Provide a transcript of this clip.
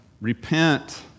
Repent